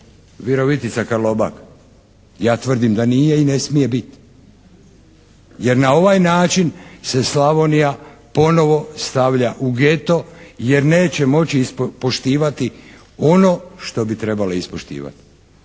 Virovitica – Karlobag. Ja tvrdim da nije i ne smije biti jer na ovaj način se Slavonija ponovo stavlja u geto jer neće moći poštivati ono što bi trebalo ispoštivati.